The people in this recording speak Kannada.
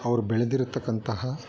ಅವರು ಬೆಳೆದಿರ್ತಕ್ಕಂತಹ